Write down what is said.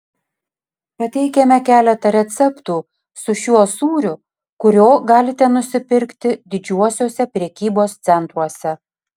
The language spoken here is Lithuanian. pateikiame keletą receptų su šiuo sūriu kurio galite nusipirkti didžiuosiuose prekybos centruose